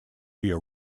via